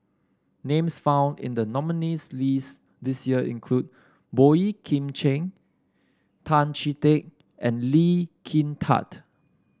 names found in the nominees list this year include Boey Kim Cheng Tan Chee Teck and Lee Kin Tat